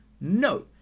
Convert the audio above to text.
No